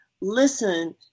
listen